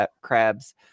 crab's